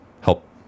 help